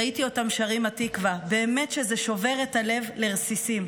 ראיתי אותם שרים "התקווה" באמת שזה שובר את הלב לרסיסים.